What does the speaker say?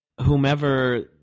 whomever